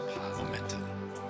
momentum